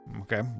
Okay